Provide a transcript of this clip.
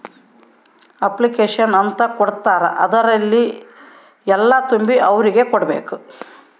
application ಅಂತ ಕೊಡ್ತಾರ ಅದ್ರಲ್ಲಿ ಎಲ್ಲ ತುಂಬಿ ಅವ್ರಿಗೆ ಕೊಡ್ಬೇಕು